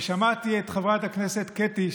שמעתי את חברת הכנסת קטי,